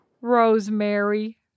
Rosemary